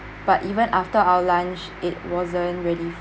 but even after our lunch it wasn't ready